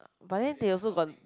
but then they also got